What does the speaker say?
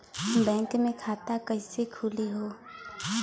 Bank मे खाता कईसे खुली हो?